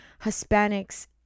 Hispanics